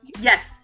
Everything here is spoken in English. yes